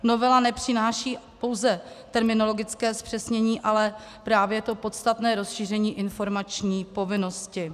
Novela nepřináší pouze terminologické zpřesnění, ale právě to podstatné rozšíření informační povinnosti.